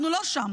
אנחנו לא שם.